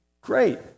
great